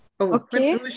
Okay